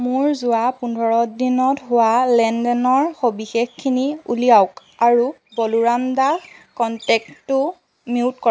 মোৰ যোৱা পোন্ধৰ দিনত হোৱা লেনদেনৰ সবিশেষখিনি উলিয়াওক আৰু বলোৰাম দাস কণ্টেক্টটো মিউট ক